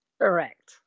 Correct